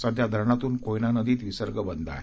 सध्या धरणातून कोयना नदीत विसर्ग बंद आहे